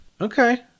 okay